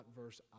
verse